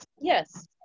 Yes